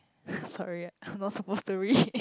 sorry I am not supposed to read